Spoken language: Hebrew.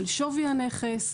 על שווי הנכס,